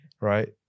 right